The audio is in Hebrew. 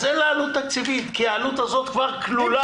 אז אין עלות תקציבית כי העלות הזאת כבר כלולה.